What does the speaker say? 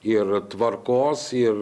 ir tvarkos ir